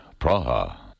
Praha